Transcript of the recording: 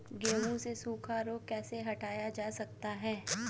गेहूँ से सूखा रोग कैसे हटाया जा सकता है?